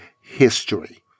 history